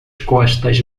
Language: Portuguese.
costas